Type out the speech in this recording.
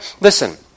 Listen